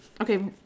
Okay